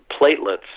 platelets